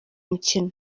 mukino